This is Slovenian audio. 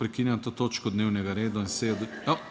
Prekinjam to točko dnevnega reda in sejo